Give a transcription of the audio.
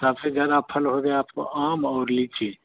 सबसे ज़्यादा फल हो गया आपको आम और लीची